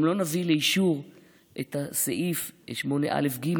גם לא נביא לאישור את סעיף 8א(ג),